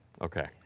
Okay